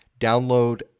Download